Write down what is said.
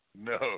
No